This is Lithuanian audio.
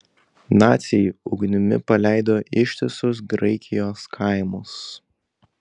naciai ugnimi paleido ištisus graikijos kaimus